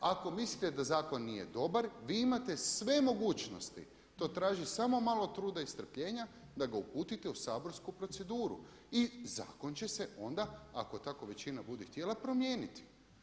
Ako mislite da zakon nije dobar, vi imate sve mogućnosti, to traži samo malo truda i strpljenja da ga uputite u saborsku proceduru i zakon će se onda ako tako većina bude htjela promijeniti.